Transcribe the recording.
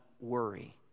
worry